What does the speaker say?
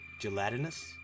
gelatinous